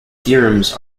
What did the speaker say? theorems